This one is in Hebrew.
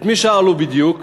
את מי שאלו בדיוק?